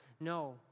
no